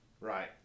Right